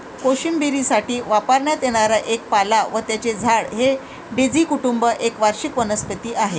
कोशिंबिरीसाठी वापरण्यात येणारा एक पाला व त्याचे झाड हे डेझी कुटुंब एक वार्षिक वनस्पती आहे